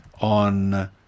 on